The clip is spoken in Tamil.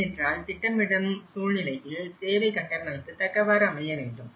ஏனென்றால் திட்டமிடும் சூழ்நிலையில் சேவை கட்டமைப்பு தக்கவாறு அமைய வேண்டும்